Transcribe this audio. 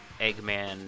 Eggman